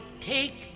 take